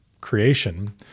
creation